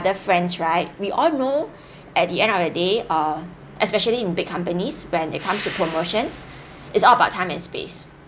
other friends right we all know at the end of the day err especially in big companies when it comes to promotions it's all about time and space